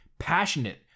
Passionate